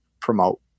promote